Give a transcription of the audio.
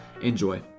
Enjoy